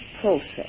process